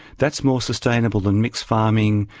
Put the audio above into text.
that's more sustainable than mixed farming,